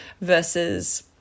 versus